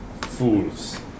fools